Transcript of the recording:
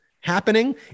happening